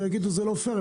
והם יגידו: זה לא פייר,